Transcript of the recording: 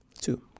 Two